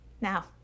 Now